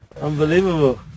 unbelievable